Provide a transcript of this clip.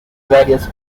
various